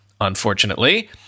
unfortunately